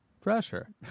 pressure